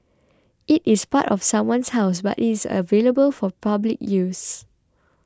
it is part of someone's house but it is available for public use